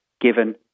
given